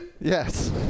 yes